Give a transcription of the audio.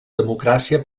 democràcia